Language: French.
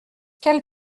quelle